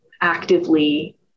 actively